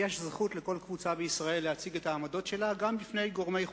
יש זכות לכל קבוצה בישראל להציג את העמדות שלה גם בפני גורמי חוץ.